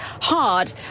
hard